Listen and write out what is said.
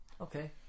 Okay